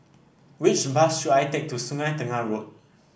which bus should I take to Sungei Tengah Road